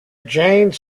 jane